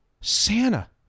santa